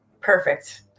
Perfect